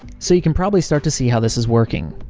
so you can probably start to see how this is working.